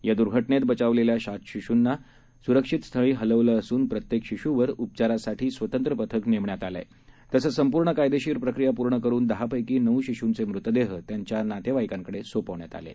या द्र्घटनेत बचावलेल्या सात शिश्ना स्रक्षित स्थळी हलवलं असून प्रत्येक शिश्वर उपचारासाठी स्वतंत्र पथक नेमण्यात आलं आहे तसंच संपूर्ण कायदेशीर प्रक्रिया पूर्ण करून दहापैकी नऊ शिशूंचे मृतदेह त्यांच्या नातेवाईकांकडे सोपवण्यात आले आहेत